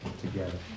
together